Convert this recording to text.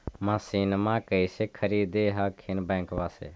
मसिनमा कैसे खरीदे हखिन बैंकबा से?